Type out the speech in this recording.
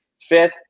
fifth